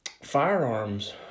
firearms